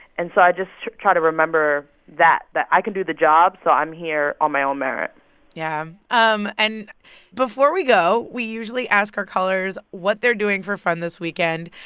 and so i just try to remember that, that i can do the job. so i'm here on my own merit yeah, um and before we go, we usually ask our callers what they're doing for fun this weekend.